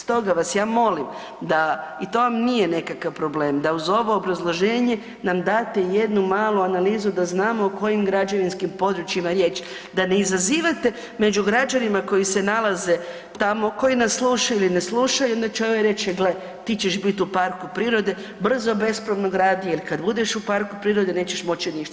Stoga vas ja molim da i to vam nije nekakav problem, da uz ovo obrazloženje nam date jednu malu analizu da znamo o kojim građevinskim područjima je riječ, da ne izazivate među građanima koji se nalaze tamo koji nas slušaju ili ne slušaju onda će ovaj reći, gle ti ćeš biti u parku prirode, brzo bespravno gradi jel kad budeš u parku prirode nećeš moći ništa.